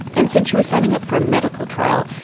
and since she was signing up for a medical trial,